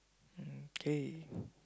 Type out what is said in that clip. mm k